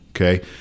Okay